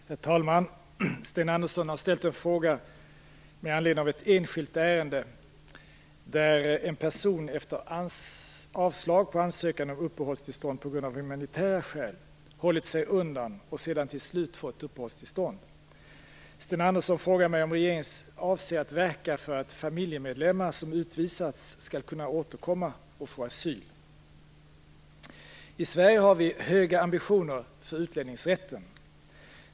Herr talman! Sten Andersson har ställt en fråga med anledning av ett enskilt ärende där en person efter avslag på ansökan om uppehållstillstånd på grund av humanitära skäl hållit sig undan och sedan till slut fått uppehållstillstånd. Sten Andersson frågar mig om regeringen avser att verka för att familjemedlemmar som utvisas skall kunna återkomma och få asyl. I Sverige har vi höga ambitioner för utlänningsrätten.